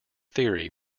theory